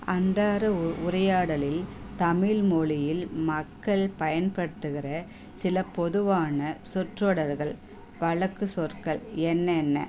அன்றாடம் உ உரையாடலில் தமிழ்மொழியில் மக்கள் பயன்படுத்துகின்ற சில பொதுவான சொற்றொடர்கள் வழக்கு சொற்கள் என்னென்ன